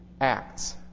acts